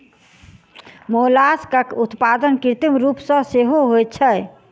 मोलास्कक उत्पादन कृत्रिम रूप सॅ सेहो होइत छै